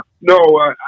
no